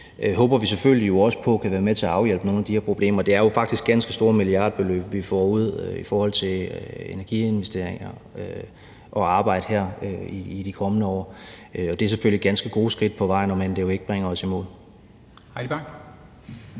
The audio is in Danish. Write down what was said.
derude, og som kan søges, kan være med til at afhjælpe nogle af de her problemer. Det er faktisk ganske store milliardbeløb, vi får ud i forhold til energiinvesteringer og arbejde her i de kommende år. Det er selvfølgelig ganske gode skridt på vejen, om end det jo ikke bringer os i mål.